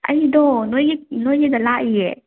ꯑꯩꯗꯣ ꯅꯣꯏꯒꯤ ꯅꯣꯏꯒꯤꯗ ꯂꯥꯛꯏꯌꯦ